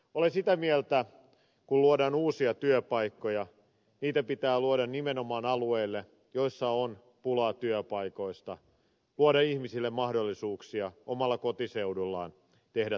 olen sitä mieltä että kun luodaan uusia työpaikkoja niitä pitää luoda nimenomaan alueille joilla on pulaa työpaikoista luoda ihmisille mahdollisuuksia omalla kotiseudullaan tehdä töitä